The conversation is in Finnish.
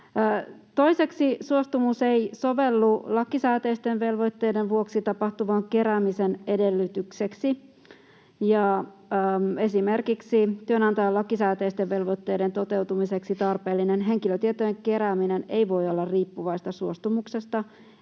Toiseksi suostumus ei sovellu lakisääteisten velvoitteiden vuoksi tapahtuvan keräämisen edellytykseksi, ja esimerkiksi työnantajan lakisääteisten velvoitteiden toteutumiseksi tarpeellinen henkilötietojen kerääminen ei voi olla riippuvaista suostumuksesta,